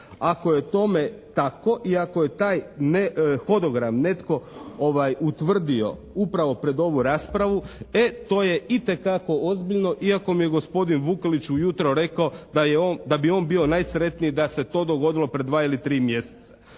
Ako je tome tako i ako je taj ne fonogram netko utvrdio upravo pred ovu raspravu e to je itekako ozbiljno iako mi je gospodin Vukelić u jutro rekao da bi on bio najsretniji da se to dogodilo pred dva ili tri mjeseca.